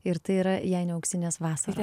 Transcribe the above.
ir tai yra jei ne auksinės vasaros